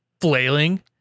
flailing